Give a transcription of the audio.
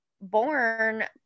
born